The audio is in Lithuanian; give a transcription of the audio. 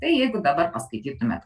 tai jeigu dabar paskaitytumėt